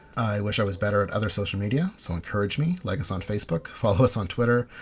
wish i was better at other social media so encourage me, like us on facebook, follow us on twitter.